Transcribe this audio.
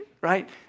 Right